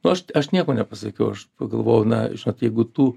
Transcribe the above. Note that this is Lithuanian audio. nu aš aš nieko nepasakiau aš pagalvojau na žinot jeigu tu